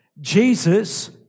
Jesus